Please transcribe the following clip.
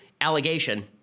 allegation